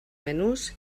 menús